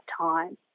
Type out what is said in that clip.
time